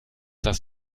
das